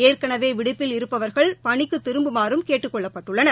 ஏற்கனவே விடுப்பில் இருப்பவர்கள் பணிக்கு திரும்புமாறும் கேட்டுக் கொள்ளப்பட்டுள்ளனர்